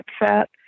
upset